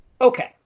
Okay